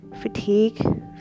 fatigue